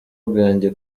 bwanjye